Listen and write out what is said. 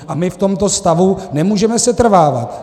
A my v tomto stavu nemůžeme setrvávat.